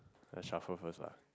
I shuffle first lah